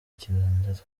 ikiganza